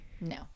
No